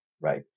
right